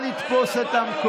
חברי הכנסת, נא לתפוס את המקומות.